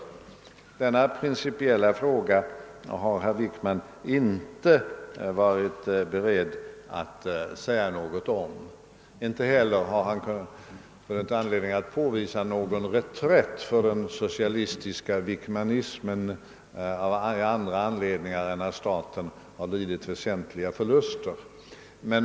Inte heller har han funnit anledning ge exempel på någon reträtt för den socialistiska Wickmanismen av andra anledningar än att staten har lidit väsentliga förluster.